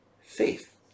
faith